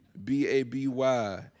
B-A-B-Y